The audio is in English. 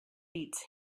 beats